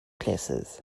classes